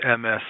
MS